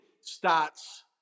starts